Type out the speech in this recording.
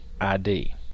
ID